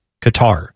Qatar